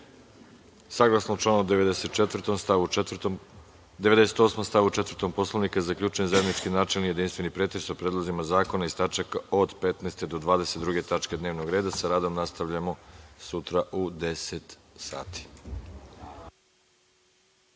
(Ne.)Saglasno članu 98. stav 4. Poslovnika, zaključujem zajednički načelni i jedinstveni pretres o predlozima zakona iz tačaka od 15. do 22. tačke dnevnog reda. Sa radom nastavljamo sutra u 10,00